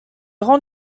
rangs